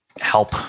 help